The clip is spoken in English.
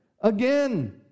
again